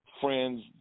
friends